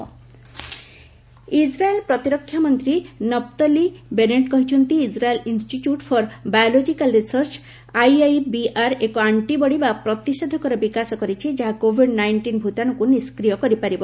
IIBR antibody Israel ପ୍ରତିରକ୍ଷାମନ୍ତ୍ରୀ Naftali Bennett କହିଛନ୍ତି Israel institute for biological research IIBR ଏକ antibody ବା ପ୍ରତିଷେଧକର ବିକାଶ କରିଛି ଯାହା କୋଭିଡ୍ ନାଇଣ୍ଟିନ ଭୂତାଣୁକୁ ନିଷ୍କ୍ରିୟ କରିପାରିବ